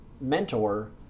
mentor